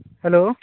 hello